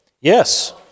Yes